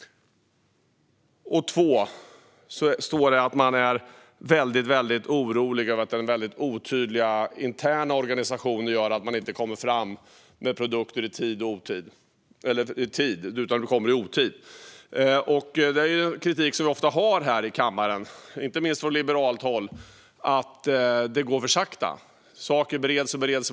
Den andra kritiken gäller att Riksrevisionen är orolig över att den otydliga interna organisationen gör att man inte kommer fram med produkter i tid, utan de kommer i otid. Det är en kritik som vi ofta framför här i kammaren, inte minst från liberalt håll. Det går för sakta. Saker bereds och bereds.